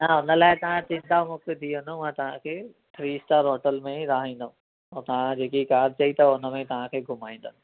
हा हुन लाए तव्हां चिंतामुक्त थी वञो मां तव्हांखे थ्री स्टार होटल में ई रहाईंदमि ऐं तव्हां जेकी कार चई अथव हुन में ई तव्हांखे घुमाईंदमि